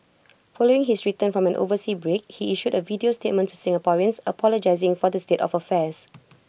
following his return from an overseas break he issued A video statement to Singaporeans apologising for the state of affairs